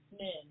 men